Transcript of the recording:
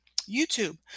YouTube